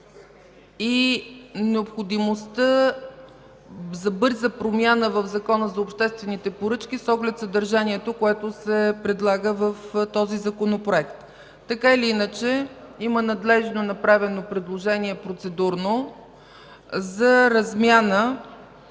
и необходимостта за бърза промяна в Закона за обществените поръчки с оглед съдържанието, което се предлага в този законопроект. Така или иначе има надлежно направено процедурно предложение за размяна